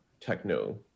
techno